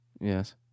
yes